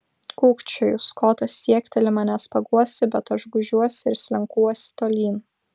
kūkčioju skotas siekteli manęs paguosti bet aš gūžiuosi ir slenkuosi tolyn